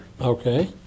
Okay